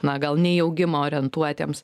na gal ne į augimą orientuotiems